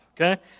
okay